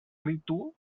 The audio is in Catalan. ritu